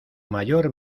mayor